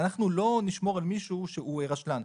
אנחנו לא נשמור על מישהו שהוא רשלן.